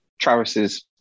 Travis's